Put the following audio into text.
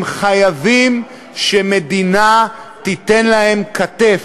הם חייבים שהמדינה תיתן להם כתף,